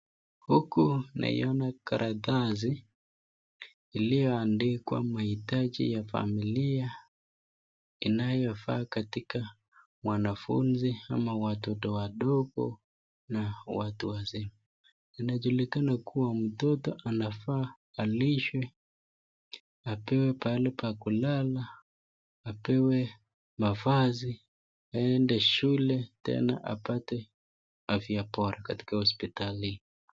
Huku naiona karatasi, iliyoandikwa mahitaji ya familia inayo faa katika wanafunzi ama watoto wadogo na watu wazee, inajulikana kuwa mtoto anafaa alishwe , apewe pahali pa kulala, apewe mavazi, aende shule tena apate afya bora katika hospotali.